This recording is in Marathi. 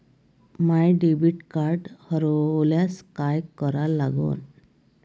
माय डेबिट कार्ड हरोल्यास काय करा लागन?